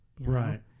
Right